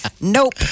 Nope